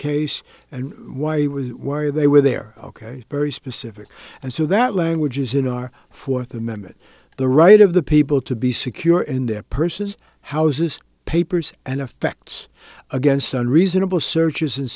case and why he was why they were there ok very specific and so that language is in our fourth amendment the right of the people to be secure in their purses houses papers and effects against unreasonable searches and